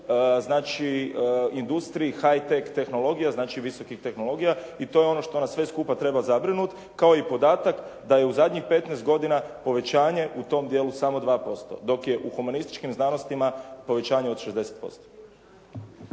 znači industriji hight teh tehnologija, znači visokih tehnologija i to je ono što nas sve skupa treba zabrinuti kao i podatak da je u zadnjih 15 godina povećanje u tom dijelu samo 2% dok je u humanističkim znanostima povećanje od 60%.